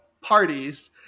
parties